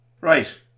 Right